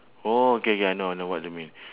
orh okay K I know I know what they mean